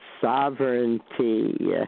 sovereignty